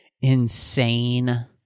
insane